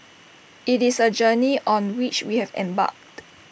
IT is A journey on which we have embarked